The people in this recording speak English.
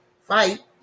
fight